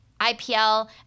IPL